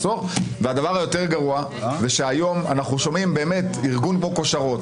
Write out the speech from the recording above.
והדבר היותר גרוע הוא שהיום אנחנו שומעים על ארגון כמו כושרות